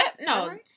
No